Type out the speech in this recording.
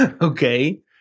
Okay